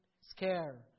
scare